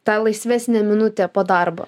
tą laisvesnę minutę po darbo